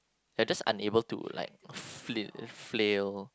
you're just unable to like flip flail